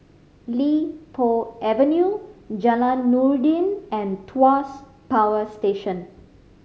Li Po Avenue Jalan Noordin and Tuas Power Station